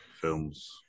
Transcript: films